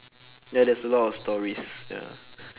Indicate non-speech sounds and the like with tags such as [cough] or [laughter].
ya there's a lot of stories ya [breath]